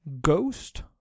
ghost